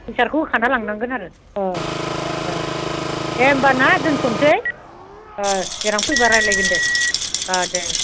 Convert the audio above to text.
फैसाखौ होखाना लांनांगोन आरो अ अ दे होनबा ना दोन्थ'नोसै देनां फैबा रायज्लायगोन दे देह